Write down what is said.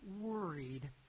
worried